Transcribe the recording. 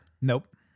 Nope